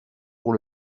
pour